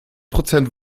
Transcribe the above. prozent